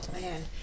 man